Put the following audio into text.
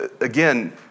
again